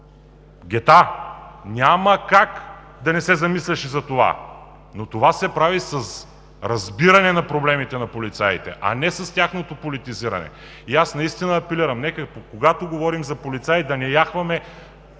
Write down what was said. гета, няма как да не се замисляш и за това, но това се прави с разбиране на проблемите на полицаите, а не с тяхното политизиране. И аз наистина апелирам: нека когато говорим за полицаите, да не яхваме